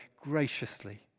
graciously